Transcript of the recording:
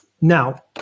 now